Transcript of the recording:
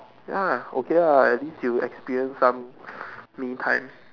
ya okay lah at least you experience some me time